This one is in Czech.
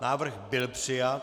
Návrh byl přijat.